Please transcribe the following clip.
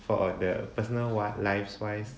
for the personal wi~ lives wise